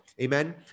Amen